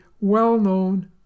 well-known